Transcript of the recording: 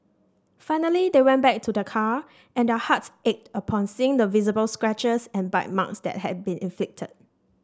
finally they went back to the car and their hearts ached upon seeing the visible scratches and bite marks that have been inflicted